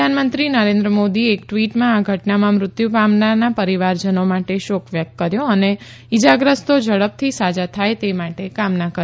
પ્રધાનમંત્રી મોદીએ એક ટ્વીટમાં આ ઘટનામાં મૃત્યુ પામનારના પરિવારજનો માટે શોક વ્યક્ત કર્યો અને ઇજાગ્રસ્તો ઝડપથી સાજા થાય તે માટે કામના કરી